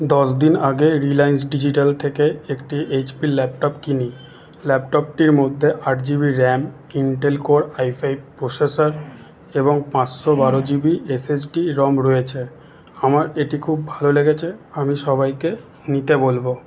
দশ দিন আগে রিলাইন্স ডিজিটাল থেকে একটি এইচপির ল্যাপটপ কিনি ল্যাপটপটির মধ্যে আট GB RAM Intel core i five processor এবং পাঁচশো বারো জিবি এসএসডি রম রয়েছে আমার এটি খুব ভালো লেগেছে আমি সবাইকে নিতে বলবো